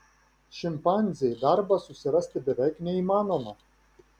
šimpanzei darbą susirasti beveik neįmanoma